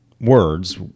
words